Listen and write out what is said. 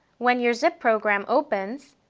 when your zip program opens,